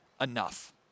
enough